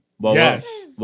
Yes